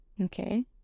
Okay